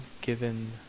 given